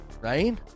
Right